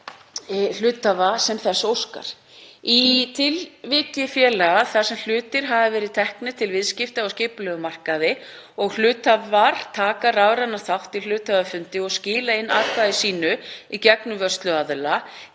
hluthafa sem þess óskar. Í tilviki félaga þar sem hlutir hafa verið teknir til viðskipta á skipulegum markaði og hluthafar taka rafrænan þátt í hluthafafundi og skila inn atkvæði sínu í gegnum vörsluaðila